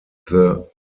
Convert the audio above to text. their